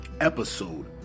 episode